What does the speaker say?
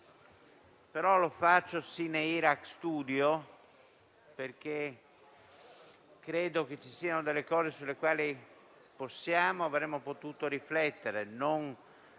ma lo faccio *sine ira et studio* perché credo che ci siano delle cose sulle quali possiamo e avremmo potuto riflettere,